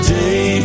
day